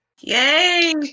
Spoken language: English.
Yay